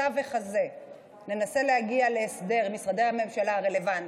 בתווך הזה ננסה להגיע להסדר עם משרדי הממשלה הרלוונטיים.